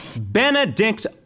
Benedict